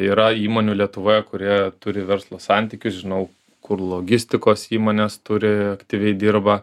yra įmonių lietuvoje kurie turi verslo santykius žinau kur logistikos įmonės turi aktyviai dirba